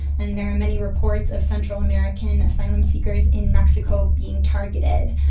and there are many reports of central american asylum-seekers in mexico being targeted,